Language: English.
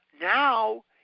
Now